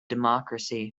democracy